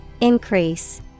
Increase